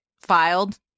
filed